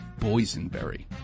boysenberry